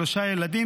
שלושה ילדים,